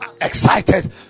excited